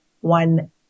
one